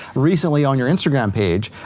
recently on your instagram page,